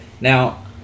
Now